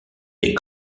des